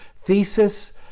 thesis